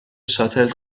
شاتل